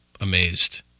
amazed